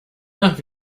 nach